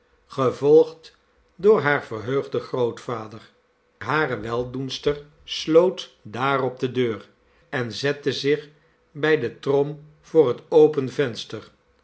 gevolgd door haar verheugden grootvader hare weldoenster sloot daarop de deur en zette zich bij de trom voor het open venster